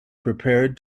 prepared